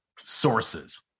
sources